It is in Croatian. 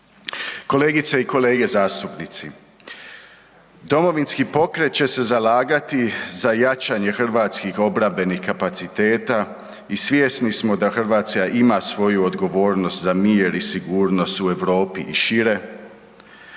Kolegice i kolege zastupnici, Domovinski pokret će se zalagati za jačanje hrvatskih obrambenih kapaciteta i svjesni smo da Hrvatska ima svoju odgovornost za mir i sigurnost u Europi i šire,